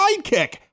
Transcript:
sidekick